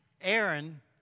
Aaron